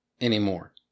anymore